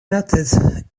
method